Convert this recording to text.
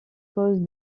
cause